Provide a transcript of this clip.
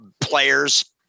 players